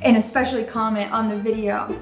and especially comment on the video.